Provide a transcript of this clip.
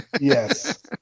Yes